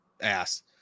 ass